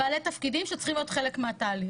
אין כלים לא לקצב ולא למימוש.